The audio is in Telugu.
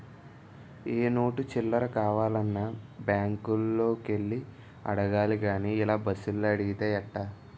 ఏ నోటు చిల్లర కావాలన్నా బాంకులకే యెల్లి అడగాలి గానీ ఇలా బస్సులో అడిగితే ఎట్టా